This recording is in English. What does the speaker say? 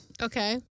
Okay